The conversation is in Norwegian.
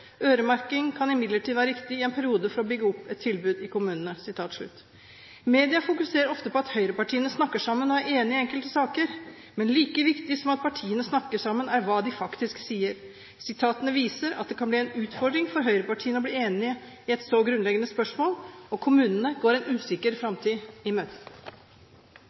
Øremerking kan imidlertid være riktig i en periode for å bygge opp et tilbud i kommunene». Media fokuserer ofte på at høyrepartiene snakker sammen og er enige i enkelte saker, men like viktig som at partiene snakker sammen, er hva de faktisk sier. Sitatene viser at det kan bli en utfordring for høyrepartiene å bli enige i et så grunnleggende spørsmål, og kommunene går en usikker framtid i møte.